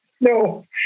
no